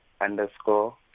underscore